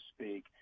speak